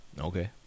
Okay